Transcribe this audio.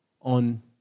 on